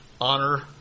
honor